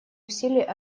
усилий